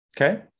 Okay